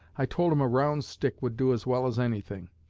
i told him a round stick would do as well as anything.